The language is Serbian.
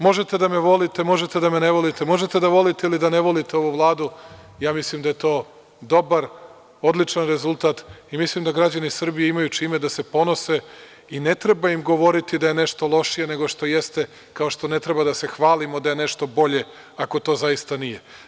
Možete da me volite, možete da me ne volite, možete davoliteili da ne volite ovu Vladu, ali ja mislim da je to dobar, odličan rezultat i mislim da građani Srbije imaju čime da se ponose i ne treba im govoriti da je nešto lošije nego što jeste, kao što ne treba da se hvalimo da je nešto bolje, ako to zaista nije.